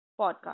podcast